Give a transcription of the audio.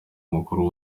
mukuru